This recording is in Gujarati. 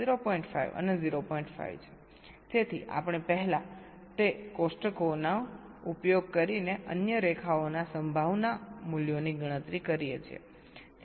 તેથી આપણે પહેલા તે કોષ્ટકોનો ઉપયોગ કરીને અન્ય રેખાઓના સંભાવના મૂલ્યોની ગણતરી કરીએ છીએ